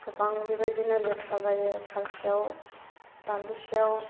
गोबां बेबायदिनो लेथ्रा जायो सानसेयाव दान्दिसेयाव